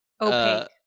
Opaque